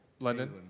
London